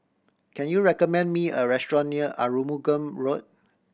can you recommend me a restaurant near Arumugam Road